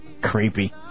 creepy